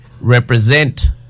represent